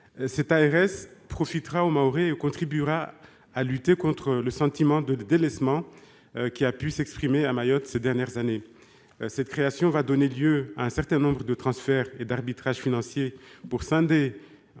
Cette ARS profitera aux Mahorais et contribuera à lutter contre le sentiment de délaissement qui a pu s'exprimer à Mayotte ces dernières années. Sa création donnera lieu à un certain nombre de transferts et d'arbitrages financiers, pour scinder